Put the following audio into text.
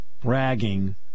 bragging